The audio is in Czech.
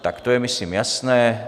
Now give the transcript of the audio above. Tak to je myslím jasné.